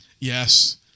Yes